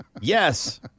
Yes